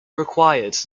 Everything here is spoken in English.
required